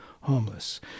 homeless